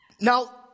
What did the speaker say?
Now